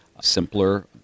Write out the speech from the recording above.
simpler